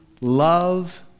love